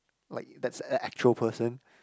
like that's act~ actual person